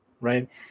right